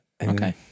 Okay